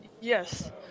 Yes